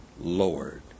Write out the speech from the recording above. Lord